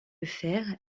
fer